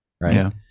right